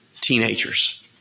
teenagers